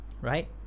right